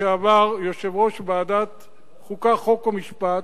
לשעבר יושב-ראש ועדת החוקה, חוק ומשפט,